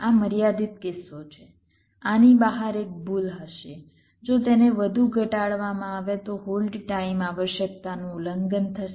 આ મર્યાદિત કિસ્સો છે આની બહાર એક ભૂલ હશે જો તેને વધુ ઘટાડવામાં આવે તો હોલ્ડ ટાઇમ આવશ્યકતાનું ઉલ્લંઘન થશે